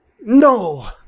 no